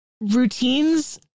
routines